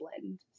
blend